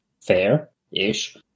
fair-ish